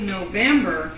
November